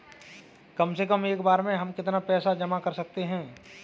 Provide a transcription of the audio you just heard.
कम से कम एक बार में हम कितना पैसा जमा कर सकते हैं?